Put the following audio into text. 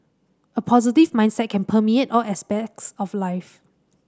a positive mindset can permeate all aspects of life